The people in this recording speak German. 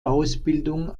ausbildung